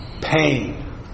pain